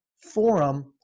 forum